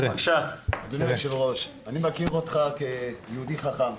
אדוני היושב-ראש, אני מכיר אותך כיהודי חכם,